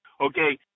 okay